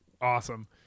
Awesome